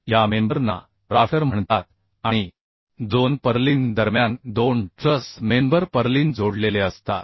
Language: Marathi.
या मेंबर ना राफ्टर म्हणतात आणि दोन पर्लिन दरम्यान दोन ट्रस मेंबर पर्लिन जोडलेले असतात